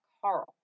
Carl